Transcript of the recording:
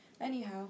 Anyhow